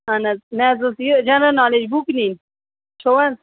اَہن حظ مےٚ حظ ٲس یہِ جَنرل نالیج بُک نِنۍ چھو حظ